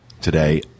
today